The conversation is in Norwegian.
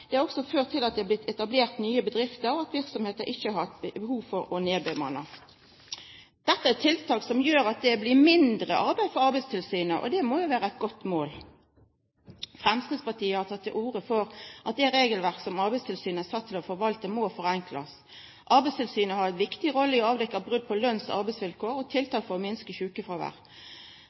Det har også ført til at det har blitt etablert nye bedrifter, og at virksomheter ikke har hatt behov for å nedbemanne. Dette er tiltak som gjør at det blir mindre arbeid for Arbeidstilsynet, og det må jo være et godt mål. Fremskrittspartiet har tatt til orde for at det regelverket som Arbeidstilsynet er satt til å forvalte, må forenkles. Arbeidstilsynet har en viktig rolle for å avdekke brudd på lønns- og arbeidsvilkår og for å komme med tiltak for å minske